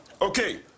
Okay